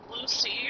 Lucy